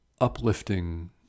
uplifting